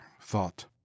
thought